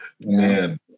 Man